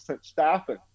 staffing